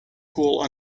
pool